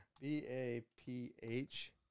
B-A-P-H